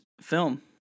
film